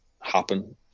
happen